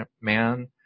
man